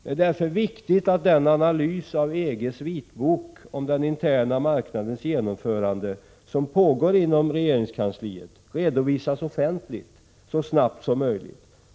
Det är därför viktigt att den analys av EG:s vitbok om den interna marknadens genomförande som pågår inom regeringskansliet redovisas offentligt så snabbt som möjligt.